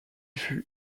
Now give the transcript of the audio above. fut